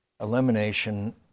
Elimination